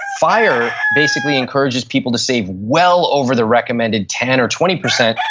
fire basically encourages people to save well over the recommended ten or twenty percent.